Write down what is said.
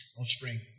offspring